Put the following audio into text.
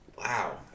Wow